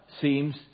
seems